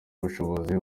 ubushobozi